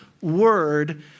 word